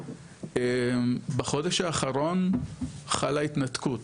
בחודש האחרון חלק התנתקות,